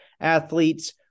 athletes